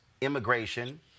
immigration